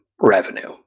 revenue